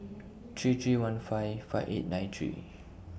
three three one five five eight nine three